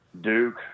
Duke